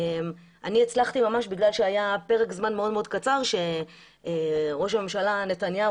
בגלל שהיה פרק זמן מאוד מאוד קצר שראש הממשלה נתניהו